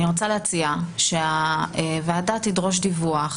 אני רוצה להציע שהוועדה תדרוש דיווח